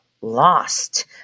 lost